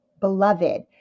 beloved